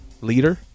Leader